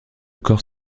corps